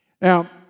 Now